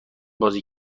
بازی